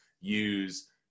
use